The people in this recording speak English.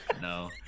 no